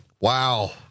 Wow